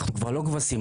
אנחנו כבר לא כבשים,